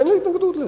אין לי התנגדות לזה.